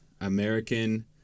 American